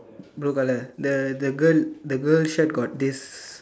blue color the the girl the girl's shirt got this